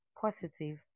positive